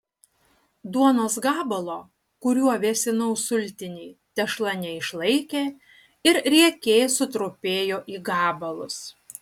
duonos gabalo kuriuo vėsinau sultinį tešla neišlaikė ir riekė sutrupėjo į gabalus